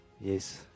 yes